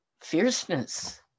fierceness